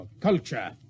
culture